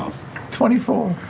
twenty four.